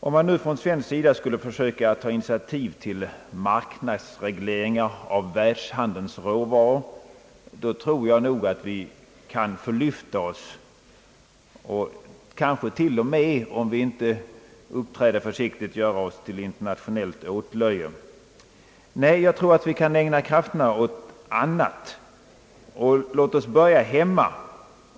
Om man från svensk sida skulle försöka ta initiativ till marknadsregleringar av världshandelns råvaror, tror jag nog vi kan förlyfta oss, kanske till och med, om vi inte uppträder försiktigt, göra oss till internationellt åtlöje. Nej, jag tror vi kan ägna krafterna åt annat. Låt oss börja hemma.